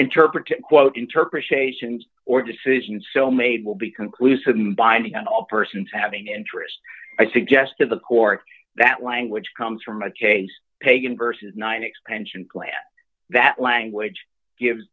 interpretive quote interpretations or decisions so made will be conclusive and binding on all persons having interest i suggest to the court that language comes from a case pagan verses nine expansion plan that language gives